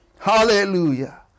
Hallelujah